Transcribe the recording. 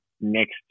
next